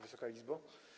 Wysoka Izbo!